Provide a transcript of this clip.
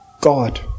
God